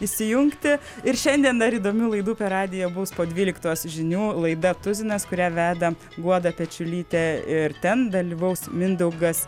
įsijungti ir šiandien dar įdomių laidų per radiją bus po dvyliktos žinių laida tuzinas kurią veda guoda pečiulytė ir ten dalyvaus mindaugas